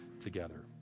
together